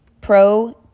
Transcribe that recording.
pro